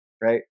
right